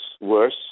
worse